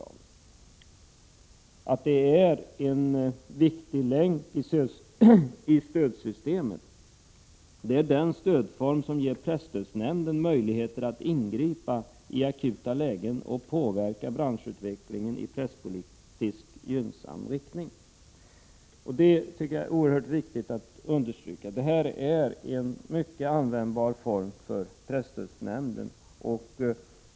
Han säger att det är ”en viktig länk i stödsystemet. Det är den stödform som ger presstödsnämnden möjligheter att ingripa i akuta lägen och påverka branschutvecklingen i presspolitiskt gynnsam riktning.” Jag tycker det är oerhört viktigt att understryka att detta är en mycket användbar form för presstödsnämnden.